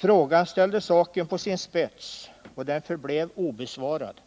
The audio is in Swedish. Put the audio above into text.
Frågan ställde saken på sin spets och den förblev obesvarad.